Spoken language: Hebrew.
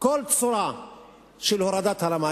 כל צורה של הורדת הרמה.